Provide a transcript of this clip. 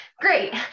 great